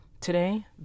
Today